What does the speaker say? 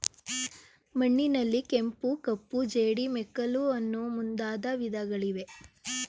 ಮಣ್ಣಿನಲ್ಲಿ ಕೆಂಪು, ಕಪ್ಪು, ಜೇಡಿ, ಮೆಕ್ಕಲು ಅನ್ನೂ ಮುಂದಾದ ವಿಧಗಳಿವೆ